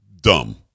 dumb